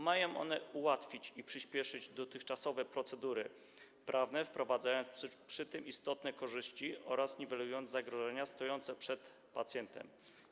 Mają one ułatwić i przyspieszyć dotychczasowe procedury prawne, wprowadzając przy tym istotne korzyści oraz niwelując zagrożenia stojące przed pacjentem.